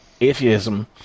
atheism